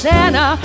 Santa